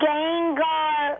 Gengar